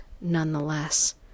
nonetheless